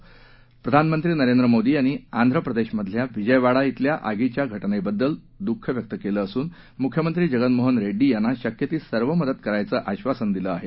पंतप्रधान नरेंद्र मोदी यांनी आंध्र प्रदेशमधील विजयवाडा बिल्या आगीच्या घटनेबद्दल द्ःख व्यक्त केलं असून मुख्यमंत्री जगन मोहन रेड्डी यांना शक्य ती सर्व मदत करण्याचं आश्वासन दिलं आहे